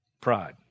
Pride